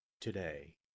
today